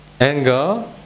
anger